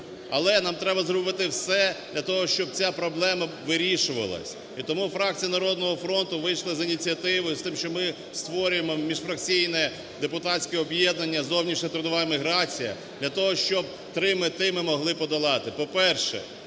Але нам треба зробити все для того, щоб ця проблема вирішувалась. І тому фракція "Народного фронту" вийшла з ініціативою з тим, що ми створюємо міжфракційне депутатське об'єднання "Зовнішня трудова еміграція" для того, щоб три мети ми могли подолати.